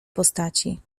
postaci